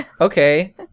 Okay